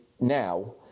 now